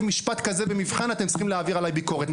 משפט מסוים במבחן אתם צריכים להעביר עליי ביקורת.